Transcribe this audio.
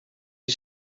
hij